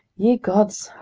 ye gods,